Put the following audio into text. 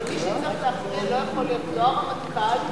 אבל מי שיצטרך להכריע לא יכול להיות לא הרמטכ"ל ולא,